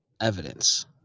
evidence